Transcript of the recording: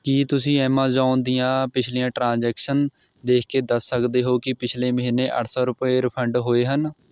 ਕੀ ਤੁਸੀਂਂ ਐਮਾਜ਼ੋਨ ਦੀਆਂ ਪਿਛਲੀਆਂ ਟ੍ਰਾਂਜ਼ੈਕਸ਼ਨ ਦੇਖ ਕੇ ਦੱਸ ਸਕਦੇ ਹੋ ਕਿ ਪਿਛਲੇ ਮਹੀਨੇ ਅੱਠ ਸੌ ਰੁਪਏ ਰਿਫੰਡ ਹੋਏ ਹਨ